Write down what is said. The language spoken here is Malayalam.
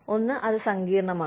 ഒന്ന് അത് സങ്കീർണ്ണമാണ്